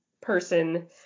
person